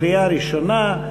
קריאה ראשונה,